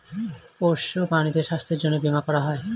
পোষ্য প্রাণীদের স্বাস্থ্যের জন্যে বীমা করা হয়